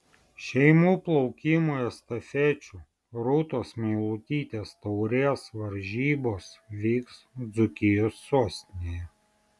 šeimų plaukimo estafečių rūtos meilutytės taurės varžybos vyks dzūkijos sostinėje